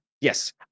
Yes